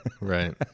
right